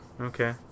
Okay